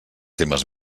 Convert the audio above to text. temes